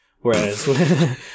whereas